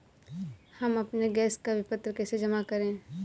हम अपने गैस का विपत्र कैसे जमा करें?